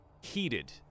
heated